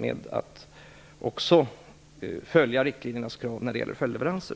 med att följa riktlinjerna för följdleveranser.